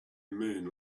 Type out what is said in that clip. moon